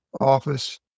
office